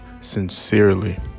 sincerely